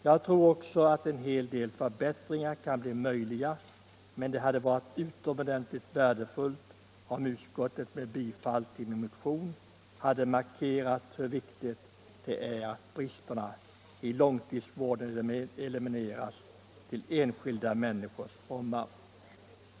Jag tror också att en hel del förbättringar kan bli möjliga, men det hade varit utomordentligt värdefullt om utskottet med bifall till min motion velat markera hur viktigt det är att bristerna i långtidssjukvården elimineras till enskilda människors fromma.